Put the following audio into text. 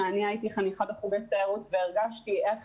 אני הייתי חניכה בחוגי סיירות והרגשתי איך